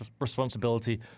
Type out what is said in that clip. responsibility